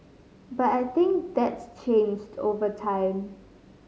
but I think that's changed over time